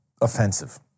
offensive